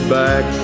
back